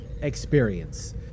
experience